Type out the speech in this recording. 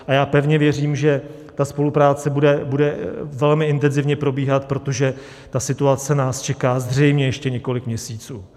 A já pevně věřím, že ta spolupráce bude velmi intenzivně probíhat, protože ta situace nás čeká zřejmě ještě několik měsíců.